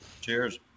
cheers